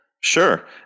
Sure